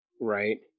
Right